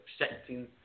accepting